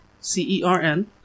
C-E-R-N